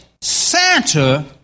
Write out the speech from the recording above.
Santa